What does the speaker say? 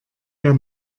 der